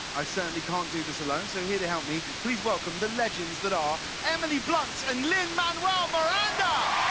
i certainly can't do this alone, so here to help me, please welcome the legends that are emily blunt and lin-manuel miranda!